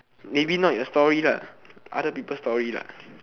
maybe not your story lah other people story lah